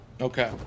Okay